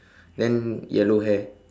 then yellow hair